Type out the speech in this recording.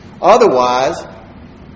Otherwise